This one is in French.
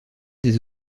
des